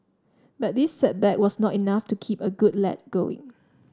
but this setback was not enough to keep a good lad going